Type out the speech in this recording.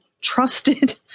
trusted